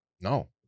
No